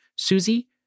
Susie